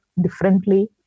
differently